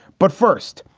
but first,